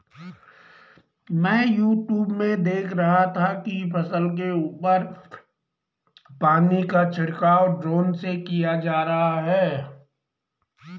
मैं यूट्यूब में देख रहा था कि फसल के ऊपर पानी का छिड़काव ड्रोन से किया जा रहा है